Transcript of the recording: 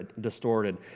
distorted